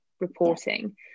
reporting